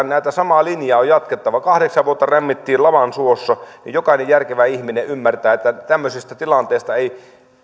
näitä samaa linjaa on jatkettava kahdeksan vuotta rämmittiin laman suossa ja jokainen järkevä ihminen ymmärtää että tämmöisestä tilanteesta ei